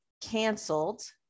canceled